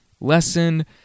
Lesson